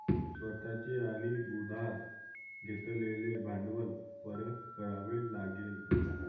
स्वतः चे आणि उधार घेतलेले भांडवल परत करावे लागेल